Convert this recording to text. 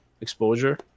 exposure